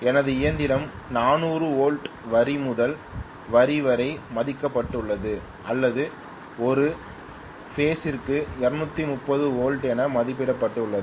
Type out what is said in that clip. எனது இயந்திரம் 400 வோல்ட் வரி முதல் வரி வரை மதிப்பிடப்பட்டுள்ளது அல்லது ஒரு பேஸ் ற்கு 230 வோல்ட் என மதிப்பிடப்பட்டுள்ளது